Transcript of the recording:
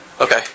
Okay